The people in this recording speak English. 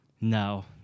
No